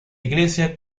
iglesia